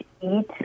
eat